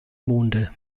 monde